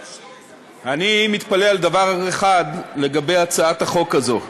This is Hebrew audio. אני מתפלא על דבר אחד לגבי הצעת החוק הזו.